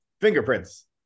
fingerprints